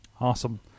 Awesome